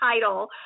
title